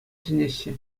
сӗнеҫҫӗ